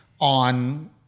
on